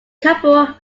couple